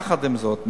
יחד עם זאת,